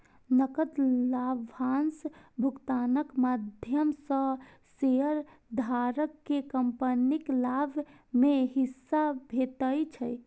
नकद लाभांश भुगतानक माध्यम सं शेयरधारक कें कंपनीक लाभ मे हिस्सा भेटै छै